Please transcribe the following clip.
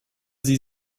sie